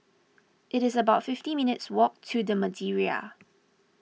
it is about fifty minutes' walk to the Madeira